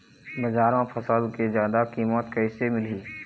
बजार म फसल के जादा कीमत कैसे मिलही?